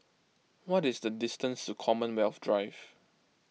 what is the distance to Commonwealth Drive